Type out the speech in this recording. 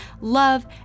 love